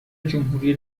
جمهوری